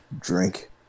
Drink